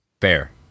Fair